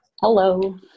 Hello